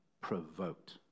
provoked